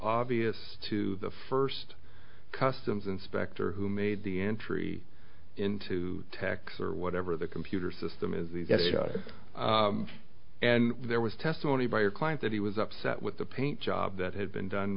obvious to the first customs inspector who made the entry into texas or whatever the computer system is and there was testimony by your client that he was upset with the paint job that had been done